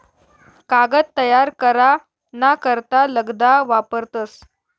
कागद तयार करा ना करता लगदा वापरतस